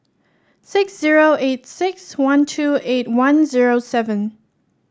six zero eight six one two eight one zero seven